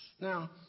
Now